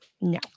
no